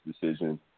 decision